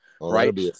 Right